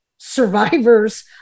survivors